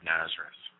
Nazareth